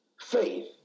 faith